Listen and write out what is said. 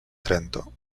trento